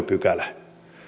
pykälä